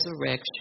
resurrection